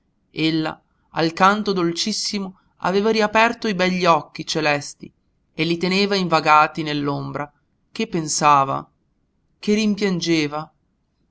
ella al canto dolcissimo aveva riaperto i begli occhi celesti e li teneva invagati nell'ombra che pensava che rimpiangeva